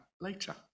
later